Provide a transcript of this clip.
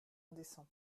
indécent